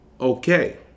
okay